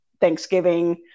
Thanksgiving